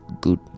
good